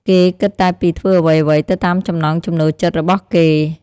គេគិតតែពីធ្វើអ្វីៗទៅតាមចំណង់ចំណូលចិត្តរបស់គេ។